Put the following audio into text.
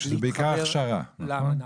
שזה בעיקר הכשרה, נכון?